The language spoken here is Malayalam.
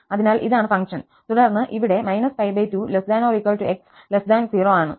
അതിനാൽ ഇതാണ് ഫംഗ്ഷൻ തുടർന്ന് ഈ ഇവിടെ −2≤ x 0 ആണ് ഇത് cosx ആണ്